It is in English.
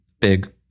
big